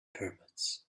pyramids